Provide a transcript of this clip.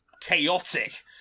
chaotic